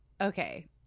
Okay